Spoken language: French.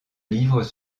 livres